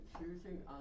choosing